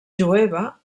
jueva